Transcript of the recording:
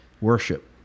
worship